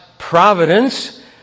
providence